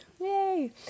Yay